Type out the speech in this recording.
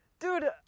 Dude